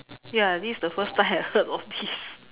ya this is the first time I heard of this